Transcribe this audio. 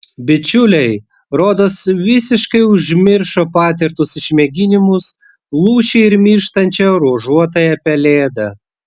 bičiuliai rodos visiškai užmiršo patirtus išmėginimus lūšį ir mirštančią ruožuotąją pelėdą